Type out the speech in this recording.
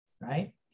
right